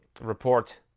report